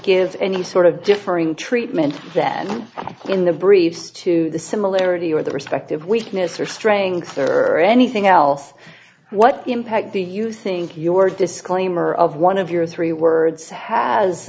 gives any sort of differing treatment than in the briefs to the similarity or the respective weakness or strength or anything else what impact do you think your disclaimer of one of your three words has